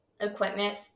equipment